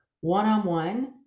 one-on-one